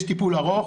יש טיפול ארוך,